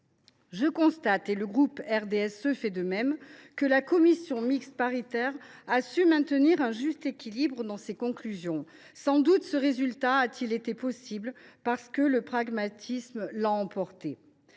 Je constate, et le groupe du RDSE fait de même, que la commission mixte paritaire a su maintenir un juste équilibre dans ses conclusions. Sans doute ce résultat a t il été possible parce que le pragmatisme l’a emporté.